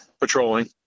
patrolling